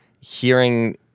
hearing